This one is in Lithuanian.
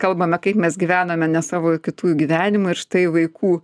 kalbame kaip mes gyvename ne savo o kitų gyvenimą ir štai vaikų